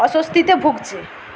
অস্বস্তিতে ভুগছে